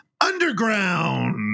underground